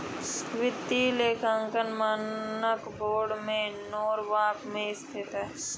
वित्तीय लेखांकन मानक बोर्ड नॉरवॉक में स्थित है